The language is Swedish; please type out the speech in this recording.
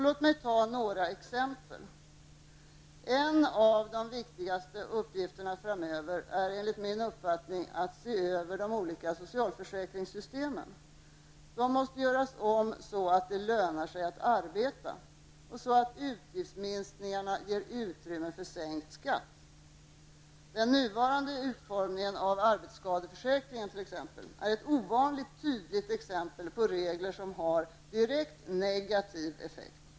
Låt mig ge några exempel. En av de viktigaste uppgifterna framöver är enligt min uppfattning att se över de olika socialförsäkringssystemen. De måste göras om så att det lönar sig att arbeta och så att utgiftsminskningarna ger utrymme för sänkt skatt. Den nuvarande utformningen av t.ex. arbetsskadeförsäkringen är ett ovanligt tydligt exempel på regler som har direkt negativ effekt.